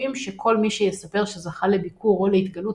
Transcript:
וקובעים שכל מי שיספר שזכה לביקור או להתגלות